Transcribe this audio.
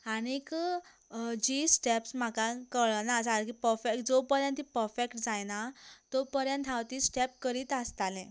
आनी जी स्टॅप्स म्हाका कळना सारकी पर्फेक्ट जो पर्यंत ती पर्फेक्ट जायना तो पर्यंत हांव ती स्टॅप करीत आसतालें